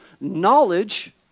knowledge